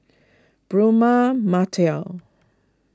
Braema Matil